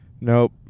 Nope